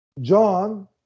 John